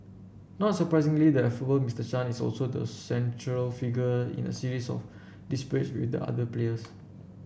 not surprisingly the affable Mister Chan is also the central figure in a series of disputes with the other players